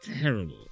terrible